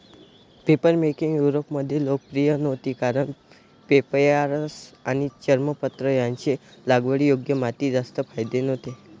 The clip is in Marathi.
पेपरमेकिंग युरोपमध्ये लोकप्रिय नव्हती कारण पेपायरस आणि चर्मपत्र यांचे लागवडीयोग्य मातीत जास्त फायदे नव्हते